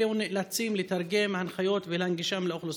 אלו נאלצים לתרגם הנחיות ולהנגיש אותן לאוכלוסייה.